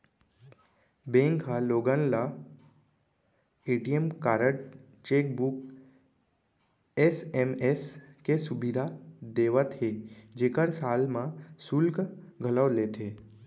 bank ह लोगन ल ए.टी.एम कारड, चेकबूक, एस.एम.एस के सुबिधा देवत हे जेकर साल म सुल्क घलौ लेथे